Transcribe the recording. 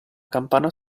campana